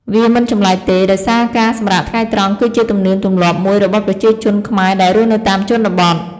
វាមិនចម្លែកទេ ដោយសារការសម្រាកថ្ងៃត្រង់គឺជាទំនៀមទម្លាប់មួយរបស់ប្រជាជនខ្មែរដែលរស់នៅតាមជនបទ។